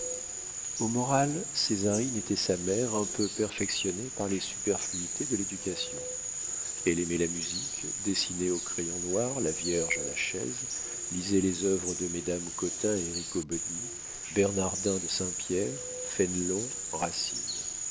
au moral césarine était sa mère un peu perfectionnée par les superfluités de l'éducation elle aimait la musique dessinait au crayon noir la vierge à la chaise lisait les œuvres de mesdames cottin et riccoboni bernardin de saint-pierre fénelon racine